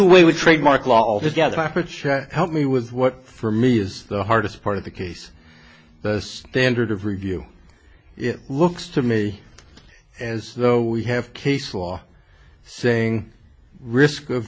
would trademark law all together help me with what for me is the hardest part of the case as standard of review it looks to me as though we have case law saying risk of